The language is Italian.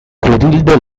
clotilde